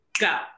Go